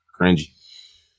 cringy